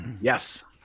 Yes